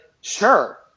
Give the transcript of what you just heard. sure